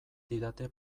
didate